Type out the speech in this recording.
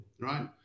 right